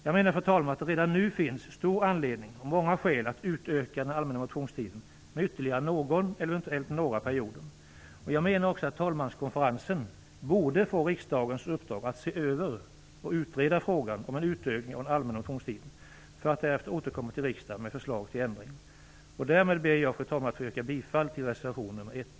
Jag menar, fru talman, att det redan nu finns stor anledning och många skäl att utöka den allmänna motionstiden med ytterligare någon eller eventuellt några perioder. Jag menar också att talmanskonferensen borde få riksdagens uppdrag att se över och utreda frågan om en utökning av den allmänna motionstiden för att därefter återkomma till riksdagen med förslag till ändringar. Därmed ber jag, fru talman, att få yrka bifall till reservation nr 1.